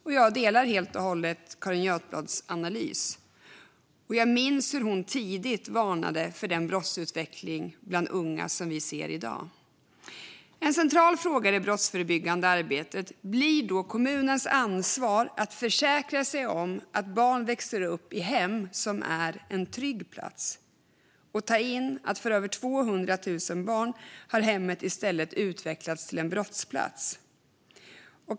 Jag instämmer helt och hållet i Carin Götblads analys. Jag minns också hur hon tidigt varnade för den brottsutveckling bland unga som vi ser i dag. En central fråga i det brottsförebyggande arbetet blir då kommunernas ansvar att försäkra sig om att barn växer upp i hem som är en trygg plats. Vi måste ta in att för över 200 000 barn har hemmet i stället utvecklats till en brottsplats.